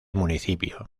municipio